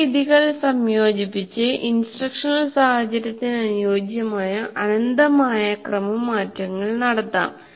ഈ രീതികൾ സംയോജിപ്പിച്ച് ഇൻസ്ട്രക്ഷണൽ സാഹചര്യത്തിന് അനുയോജ്യമായ അനന്തമായ ക്രമമാറ്റങ്ങൾ നടത്താം